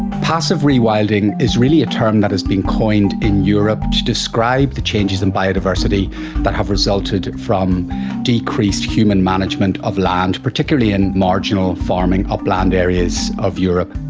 passive rewilding is really a term that has been coined in europe to describe the changes in biodiversity that have resulted from decreased human management of land, particularly in marginal farming upland areas of europe.